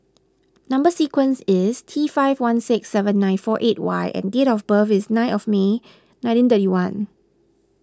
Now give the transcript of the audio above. Number Sequence is T five one six seven nine four eight Y and date of birth is nine of May nineteen thirty one